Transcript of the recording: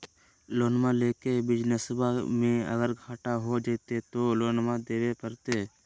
लोनमा लेके बिजनसबा मे अगर घाटा हो जयते तो लोनमा देवे परते?